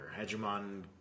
Hegemon